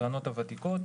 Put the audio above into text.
הקרנות הוותיקות,